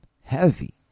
Heavy